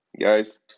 guys